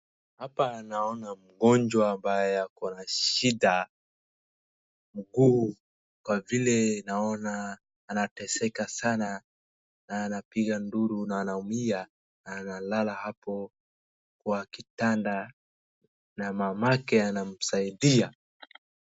Hapa naona mgonjwa ambaye akona shida mguu, kwa vile naona anateseka sana na anapiga nduru, na anaumia analala hapo kwa kitanda, na mamake anamsaidia.